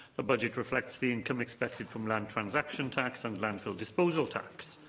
the budget reflects the income expected from land transaction tax and landfill disposal tax.